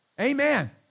Amen